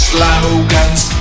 Slogans